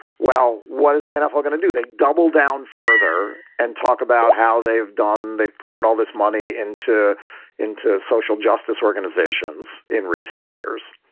well, what is the nfl going to do? they double down further and talk about how they've done. they've poured all this money into into social justice organizations in recent years.